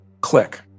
click